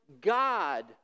God